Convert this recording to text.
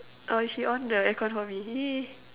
oh she on the air con for me !yay!